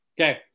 Okay